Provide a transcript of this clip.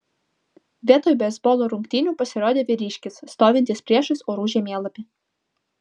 vietoj beisbolo rungtynių pasirodė vyriškis stovintis priešais orų žemėlapį